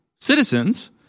citizens